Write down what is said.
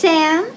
Sam